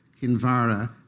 Kinvara